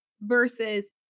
versus